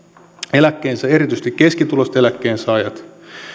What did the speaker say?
erityisesti keskituloiset eläkkeensaajat